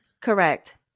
Correct